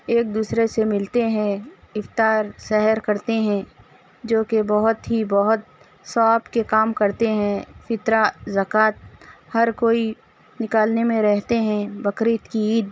ایک دوسرے سے ملتے ہیں اِفطار سحر کرتے ہیں جو کہ بہت ہی بہت ثواب کے کام کرتے ہیں فطرہ زکوٰۃ ہر کوئی نکالنے میں رہتے ہیں بقرعید کی عید